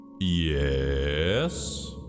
Yes